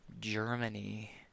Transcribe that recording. Germany